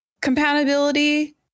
compatibility